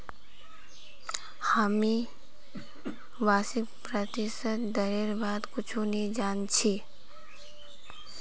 हामी वार्षिक प्रतिशत दरेर बार कुछु नी जान छि